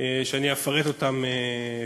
שאני אפרט כעת.